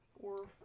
four